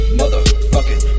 motherfucking